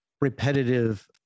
repetitive